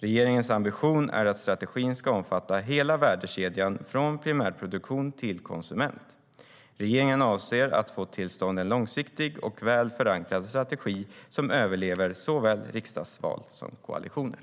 Regeringens ambition är att strategin ska omfatta hela värdekedjan, från primärproduktion till konsument. Regeringen avser att få till stånd en långsiktig och väl förankrad strategi som överlever såväl riksdagsval som koalitioner.